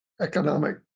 economic